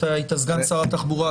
אתה היית סגן שר התחבורה,